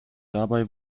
dabei